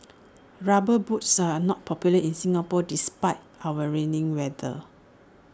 rubber boots are not popular in Singapore despite our raining weather